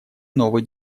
новый